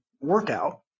workout